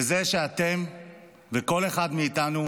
בזה שאתם וכל אחד מאיתנו